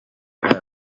and